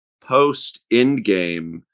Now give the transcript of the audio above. post-Endgame